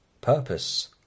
purpose